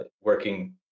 working